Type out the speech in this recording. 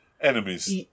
Enemies